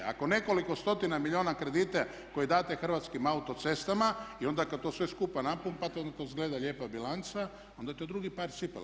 Ako nekoliko stotina milijuna kredita koje date Hrvatskim autocestama i onda kad to sve skupa napumpate, onda to izgleda lijepa bilanca, onda je to drugi par cipela.